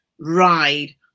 ride